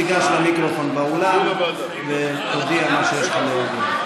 תיגש למיקרופון באולם ותודיע מה שיש לך להודיע.